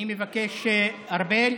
אני מבקש, ארבל,